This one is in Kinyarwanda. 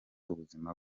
ubuzima